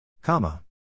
Comma